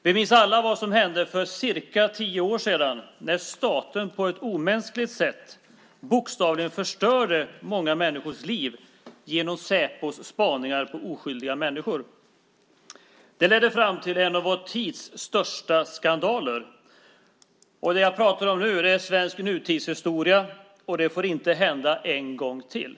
Vi minns alla vad som hände för cirka tio år sedan då staten på ett omänskligt sätt bokstavligen förstörde många människors liv genom Säpos spaningar på oskyldiga människor. Det ledde fram till en av vår tids största skandaler. Det jag nu pratar om är svensk nutidshistoria och något som inte får hända en gång till.